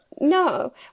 no